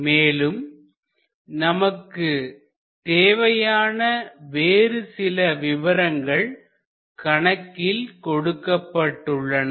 மேலும் நமக்கு தேவையான வேறு சில விபரங்கள் கணக்கில் கொடுக்கப்பட்டுள்ளன